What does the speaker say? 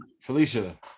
Felicia